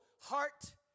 heart